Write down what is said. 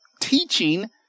teaching